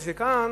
וכאן,